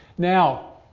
now,